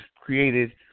created